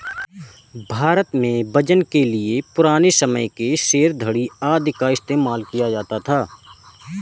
भारत में वजन के लिए पुराने समय के सेर, धडी़ आदि का इस्तेमाल किया जाता था